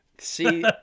See